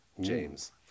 James